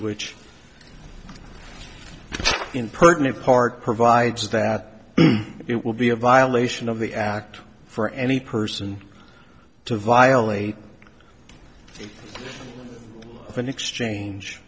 which in pertinent part provides that it will be a violation of the act for any person to violate an exchange